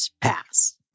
pass